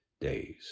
days